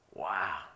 Wow